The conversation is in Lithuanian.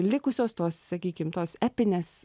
likusios tos sakykim tos epinės